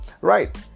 right